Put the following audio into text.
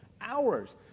Hours